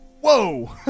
Whoa